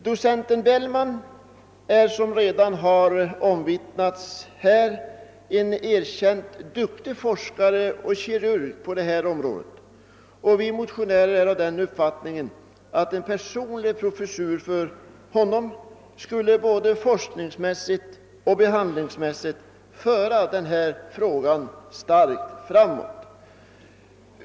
Docent Bellman är, som redan har omvittnats, en erkänt duktig forskare och kirurg på detta område. Vi motionärer är av den uppfattningen att en personlig professur för honom både forskningsmässigt och behandlingsmässigt skulle föra denna fråga starkt framåt.